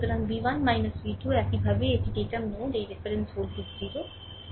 সুতরাং V 1 V 2 একইভাবে এটি ড্যাটাম নোড এই রেফারেন্স ভোল্টেজ 0